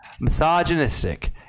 misogynistic